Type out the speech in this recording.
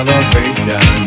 Celebration